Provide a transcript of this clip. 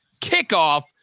kickoff